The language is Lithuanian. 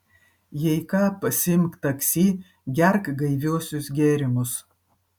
jei ką pasiimk taksi gerk gaiviuosius gėrimus